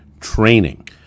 training